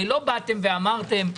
הרי לא באתם ואמרתם,